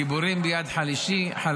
גיבורים ביד חלשים,